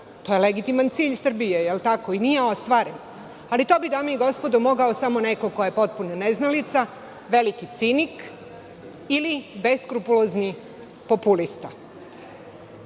To je legitiman cilj Srbije, a nije ostvaren. Ali, to bi, dame i gospodo, mogao samo neko ko je potpuni neznalica, veliki cinik ili beskrupulozni populista.No,